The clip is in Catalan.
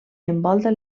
envolta